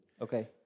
Okay